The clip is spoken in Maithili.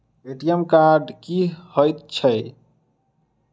ए.टी.एम कार्ड की हएत छै?